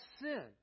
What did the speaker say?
sin